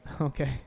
Okay